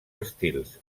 estils